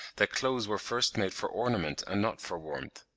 that clothes were first made for ornament and not for warmth.